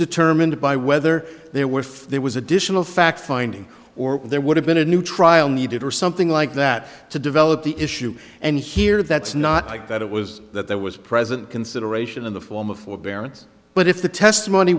determined by whether there were there was additional fact finding or there would have been a new trial needed or something like that to develop the issue and here that's not like that it was that there was present consideration in the form of forbearance but if the testimony